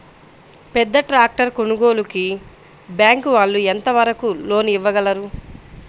పెద్ద ట్రాక్టర్ కొనుగోలుకి బ్యాంకు వాళ్ళు ఎంత వరకు లోన్ ఇవ్వగలరు?